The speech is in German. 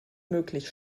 möglich